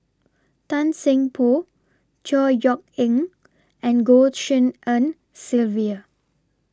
Tan Seng Poh Chor Yeok Eng and Goh Tshin En Sylvia